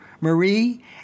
Marie